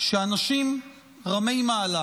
שאנשים רמי-מעלה